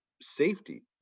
safety